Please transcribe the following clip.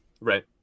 Right